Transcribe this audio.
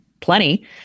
plenty